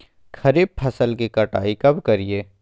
खरीफ फसल की कटाई कब करिये?